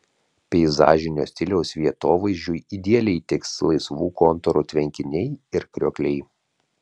peizažinio stiliaus vietovaizdžiui idealiai tiks laisvų kontūrų tvenkiniai ir kriokliai